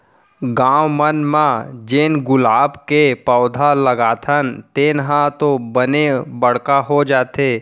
गॉव मन म जेन गुलाब के पउधा लगाथन तेन ह तो बने बड़का हो जाथे